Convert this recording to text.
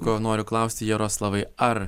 ko noriu klausti jaroslavai ar